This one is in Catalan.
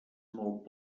molt